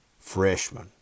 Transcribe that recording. freshman